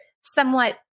somewhat